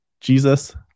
Jesus